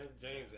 James